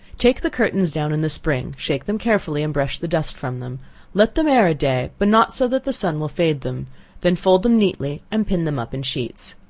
take the curtains down in the spring, shake them carefully and brush the dust from them let them air a day, but not so that the sun will fade them then fold them neatly, and pin them up in sheets.